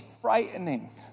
frightening